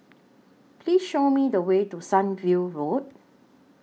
Please Show Me The Way to Sunview Road